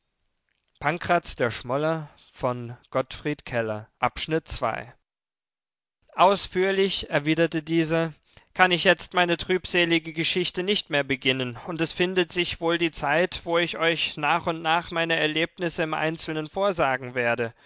ausführlich erwiderte dieser kann ich jetzt meine trübselige geschichte nicht mehr beginnen und es findet sich wohl die zeit wo ich euch nach und nach meine erlebnisse im einzelnen vorsagen werde